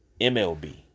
MLB